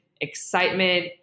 excitement